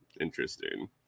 interesting